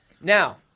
Now